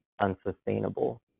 unsustainable